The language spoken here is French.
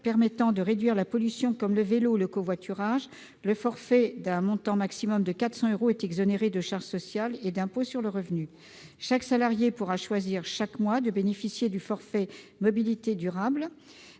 permettant de réduire la pollution comme le vélo ou le covoiturage. Le forfait, d'un montant maximal de 400 euros, est exonéré de charges sociales et d'impôt sur le revenu. Chaque salarié pourra choisir chaque mois de bénéficier du forfait mobilités durable,